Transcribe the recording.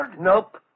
Nope